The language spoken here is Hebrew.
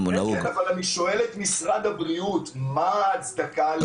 כן, אבל אני שואל את משרד הבריאות מה ההצדקה לכך.